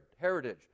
heritage